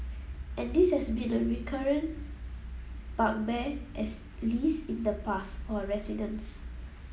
and this has been a recurrent bugbear as least in the past for our residents